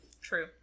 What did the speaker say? True